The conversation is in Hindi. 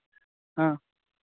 हाँ